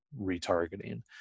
retargeting